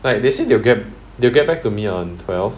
like they say they will get they'll get back to me on twelve